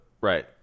right